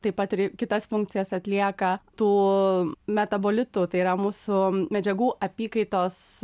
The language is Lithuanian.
taip pat ir kitas funkcijas atlieka tų metabolitų tai yra mūsų medžiagų apykaitos